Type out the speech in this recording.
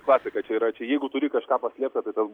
klasika čia yra čia jeigu turi kažką paslėpta tai tas bus